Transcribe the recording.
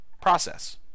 process